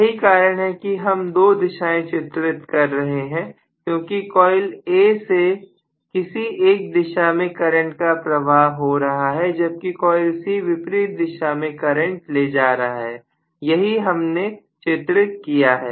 यही कारण है कि हम 2 दिशाएं चित्रित कर रहे हैं क्योंकि कॉइल A से किसी एक दिशा में करंट का प्रवाह हो रहा है जबकि कॉइल C विपरीत दिशा में करंट ले रहा है यही हमने चित्रित किया है